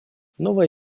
новая